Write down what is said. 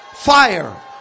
Fire